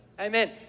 Amen